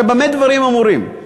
הרי במה דברים אמורים?